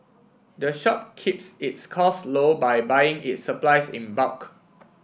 the shop keeps its costs low by buying its supplies in bulk